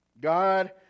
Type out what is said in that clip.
God